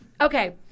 okay